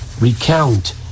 recount